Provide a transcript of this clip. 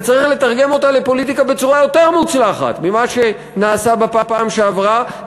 וצריך לתרגם אותה לפוליטיקה בצורה יותר מוצלחת ממה שנעשה בפעם שעברה,